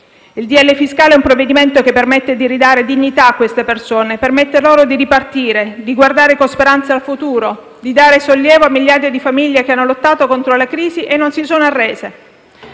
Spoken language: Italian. fiscale è un provvedimento che permette di ridare dignità a queste persone, che permette loro di ripartire e di guardare con speranza al futuro; esso permette di dare sollievo a migliaia di famiglie che hanno lottato contro la crisi e che non si sono arrese.